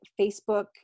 Facebook